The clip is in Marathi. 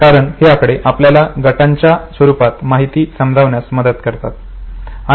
कारण हे आकडे आपल्याला गटांच्या स्वरूपात माहिती समजण्यास मदत करतात